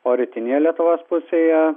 o rytinėje lietuvos pusėje